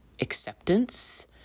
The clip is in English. acceptance